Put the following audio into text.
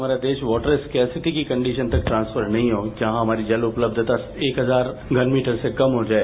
हमारा देश water scarcity की कंडीशन तक ट्रांसफर नहीं हो जहां हमारी जल उपलब्धता एक हजार घन मीटर से कम हो जाए